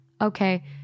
Okay